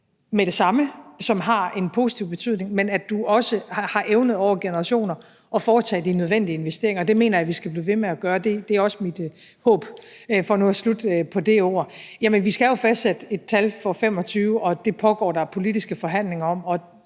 med det samme, som har en positiv betydning, men at du også har evnet over generationer at foretage de nødvendige investeringer. Og det mener jeg at vi skal blive ved med at gøre – det er også mit håb, for nu at slutte med det ord. Jamen vi skal jo fastsætte et tal for 2025, og det pågår der politiske forhandlinger om,